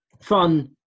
fun